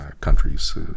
countries